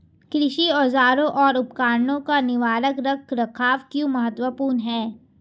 कृषि औजारों और उपकरणों का निवारक रख रखाव क्यों महत्वपूर्ण है?